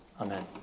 amen